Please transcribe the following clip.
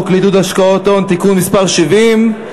לעידוד השקעות הון (תיקון מס' 70)?